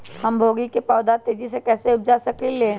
हम गोभी के पौधा तेजी से कैसे उपजा सकली ह?